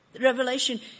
Revelation